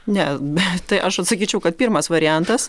ne bet tai aš atsakyčiau kad pirmas variantas